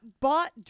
bought